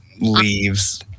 leaves